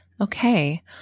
Okay